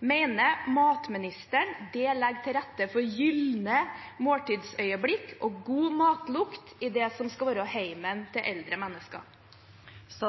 matministeren det legger til rette for gylne måltidsøyeblikk og god matlukt i det som skal være hjemmet til eldre mennesker? Nå